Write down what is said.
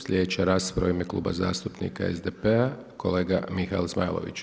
Slijedeća rasprava u ime Kluba zastupnika SDP-a kolega Mihael Zmajlović.